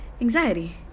Anxiety